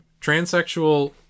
transsexual